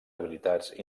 habilitats